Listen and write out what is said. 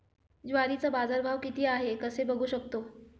ज्वारीचा बाजारभाव किती आहे कसे बघू शकतो?